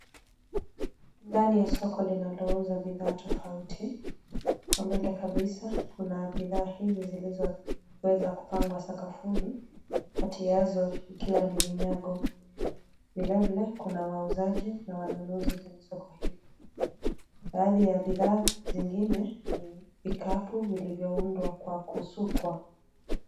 Ndani ya soko linalouza bidhaa tofauti. Kwa mbele kabisa kuna bidhaa hizi zilizoweza kupangwa sakafuni, kati yazo ikiwa ni vinyago. Vile vile kuna wauzaji na wanunuzi kwenye soko hili. Baadhi ya bidhaa zingine ni vikapu vilivyoundwa kwa kusukwa.